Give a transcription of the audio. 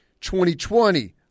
2020